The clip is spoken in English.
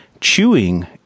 chewing